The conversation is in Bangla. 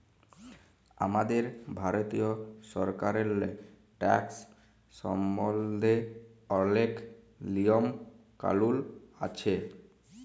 আমাদের ভারতীয় সরকারেল্লে ট্যাকস সম্বল্ধে অলেক লিয়ম কালুল আছে